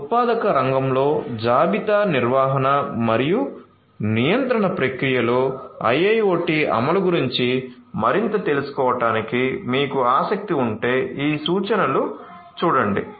ఉత్పాదక రంగంలో జాబితా నిర్వహణ మరియు నియంత్రణ ప్రక్రియలో IIoT అమలు గురించి మరింత తెలుసుకోవటానికి మీకు ఆసక్తి ఉంటే ఈ సూచనలు చుడండి